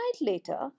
later